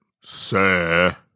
sir